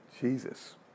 Jesus